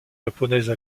japonaises